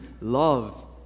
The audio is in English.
love